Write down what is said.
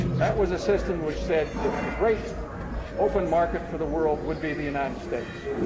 that was a system which said that the great open market for the world would be the united states.